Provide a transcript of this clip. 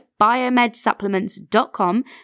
BiomedSupplements.com